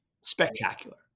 Spectacular